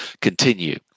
continue